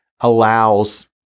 allows